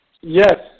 Yes